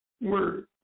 word